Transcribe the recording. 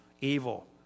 evil